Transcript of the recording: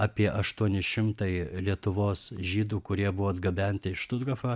apie aštuoni šimtai lietuvos žydų kurie buvo atgabenti į štuthofą